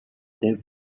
day